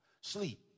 Sleep